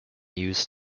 use